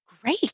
Great